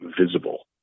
visible